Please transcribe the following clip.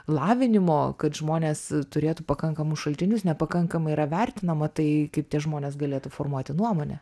lavinimo kad žmonės turėtų pakankamus šaltinius nepakankamai yra vertinama tai kaip tie žmonės galėtų formuoti nuomonę